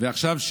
וגם עכשיו,